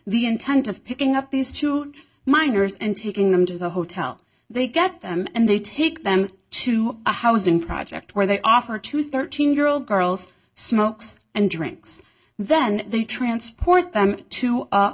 the intent of picking up these two miners and taking them to the hotel they get them and they take them to a housing project where they offer to thirteen year old girls smokes and drinks then they transport them to